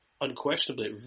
unquestionably